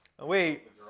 Wait